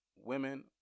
women